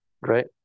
Right